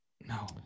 No